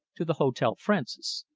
to the hotel francis.